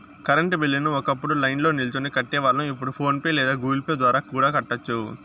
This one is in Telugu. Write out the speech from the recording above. కరెంటు బిల్లుని ఒకప్పుడు లైన్ల్నో నిల్చొని కట్టేవాళ్ళం, ఇప్పుడు ఫోన్ పే లేదా గుగుల్ పే ద్వారా కూడా కట్టొచ్చు